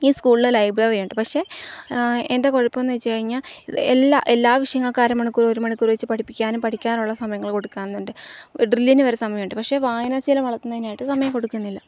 ഈ സ്കൂളില് ലൈബ്രറിയുണ്ട് പക്ഷേ എന്താണു കുഴപ്പമെന്നുവച്ചുകഴിഞ്ഞാല് എല്ലാ എല്ലാ വിഷയങ്ങൾക്ക് അരമണിക്കൂര് ഒരു മണിക്കൂര്വച്ചു പഠിപ്പിക്കാനും പഠിക്കാനുള്ള സമയങ്ങങ്ങള് കൊടുക്കാമെന്നുണ്ട് ഡ്രില്ലിനു വരെ സമയമുണ്ട് പക്ഷേ വായനാശീലം വളത്തുന്നതിനായിട്ടു സമയം കൊടുക്കുന്നില്ല